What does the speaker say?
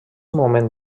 moment